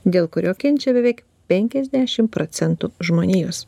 dėl kurio kenčia beveik penkiasdešim procentų žmonijos